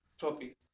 topic